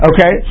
Okay